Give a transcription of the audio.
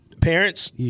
Parents